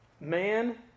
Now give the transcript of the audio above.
Man